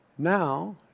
Now